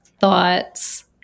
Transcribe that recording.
thoughts